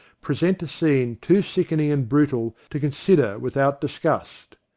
present a scene too sickening and brutal to consider without disgust.